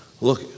Look